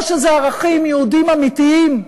או שזה ערכים יהודיים אמיתיים,